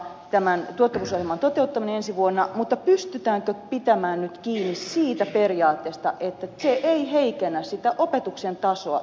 tämän totesi selma toteuttaminen ensi vuonna mutta pystytäänkö pitämään nyt kiinni siitä periaatteesta että se ei heikennä opetuksen tasoa yliopistossa